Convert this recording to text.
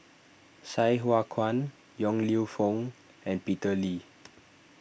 Sai Hua Kuan Yong Lew Foong and Peter Lee